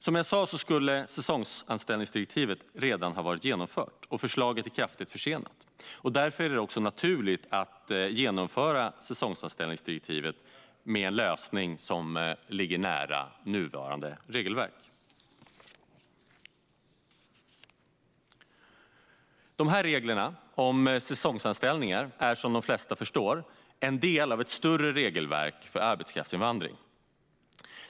Som jag sa skulle säsongsanställningsdirektivet redan ha varit genomfört, och förslaget är kraftigt försenat. Därför är det också naturligt att genomföra säsongsanställningsdirektivet med en lösning som ligger nära nuvarande regelverk. Reglerna om säsongsanställningar är som de flesta förstår en del av ett större regelverk för arbetskraftsinvandring.